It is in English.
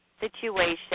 situation